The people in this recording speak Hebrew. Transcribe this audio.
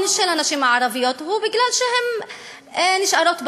של הנשים הערביות הוא בגלל העובדה שהן נשארות בבית.